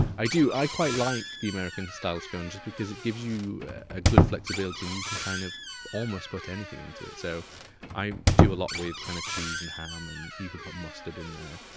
i do. i quite like the american style of scone just because it gives you ah good flexibility. and you can kind of almost put anything into it. so i do a lot with kind of cheese and ham, and you can put mustard in there.